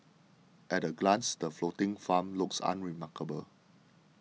at a glance the floating farm looks unremarkable